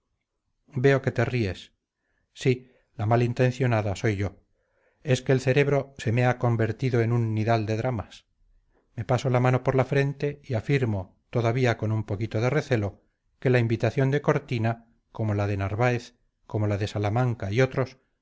veo que te ríes sí la mal intencionada soy yo es que el cerebro se me ha convertido en un nidal de dramas me paso la mano por la frente y afirmo todavía con un poquito de recelo que la invitación de cortina como la de narváez como la de salamanca y otros